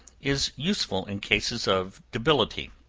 is useful in cases of debility,